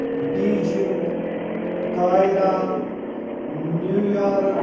Beijing Cairo New York